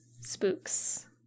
spooks